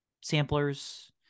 samplers